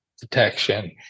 detection